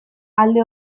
alde